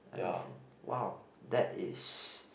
understand !wow! that is